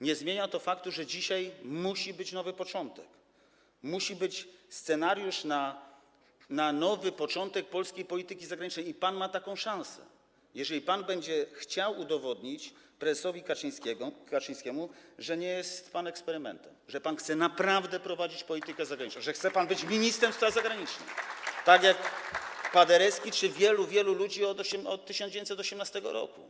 Nie zmienia to faktu, że dzisiaj musi być nowy początek, musi być scenariusz na nowy początek polskiej polityki zagranicznej i pan ma taką szansę, jeżeli będzie pan chciał udowodnić prezesowi Kaczyńskiemu, że nie jest pan eksperymentem, że chce pan naprawdę prowadzić politykę zagraniczną, że chce pan być ministrem spraw zagranicznych, tak jak Paderewski czy wielu, wielu ludzi od 1918 r.